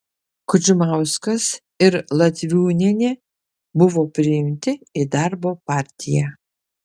kudžmauskas ir latviūnienė buvo priimti į darbo partiją